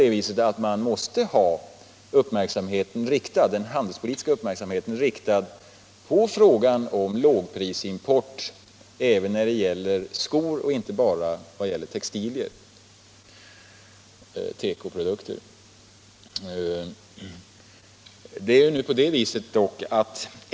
Dessutom måste man ha den handelspolitiska uppmärksamheten riktad på frågan om lågprisimport även när det gäller skor, inte bara när det gäller tekoprodukter.